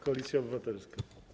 Koalicja Obywatelska.